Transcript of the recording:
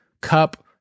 Cup